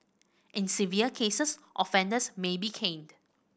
in severe cases offenders may be caned